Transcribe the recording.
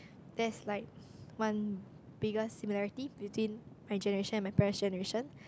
that's like one biggest similarity between my generation and my parents' generation